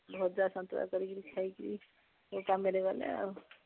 ଭଜା ସନ୍ତୁଳା କରିକିରି ଖାଇକି କାମରେ ଗଲେ ଆଉ